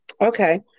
Okay